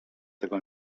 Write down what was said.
tego